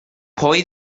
pwy